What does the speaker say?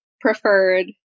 preferred